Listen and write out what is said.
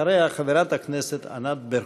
אחריה, חברת הכנסת ענת ברקו.